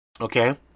Okay